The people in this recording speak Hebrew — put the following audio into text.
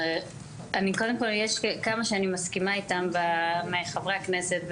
יש כמה שאני מסכימה איתם מחברי הכנסת.